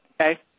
Okay